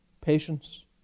patience